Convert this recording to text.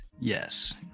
yes